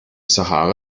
sahara